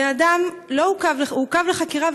הבן אדם עוכב לחקירה,